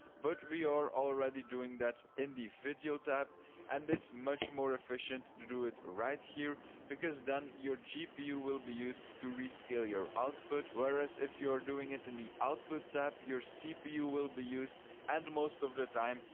but we are already doing that in the video tab and it's much more efficient to do it right here because then your gpu will be used to rescale your output, whereas, if you're doing it in the output tab, your cpu will be used and most of the time,